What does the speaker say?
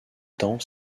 temps